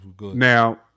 Now